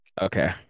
Okay